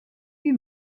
you